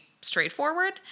straightforward